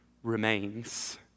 Remains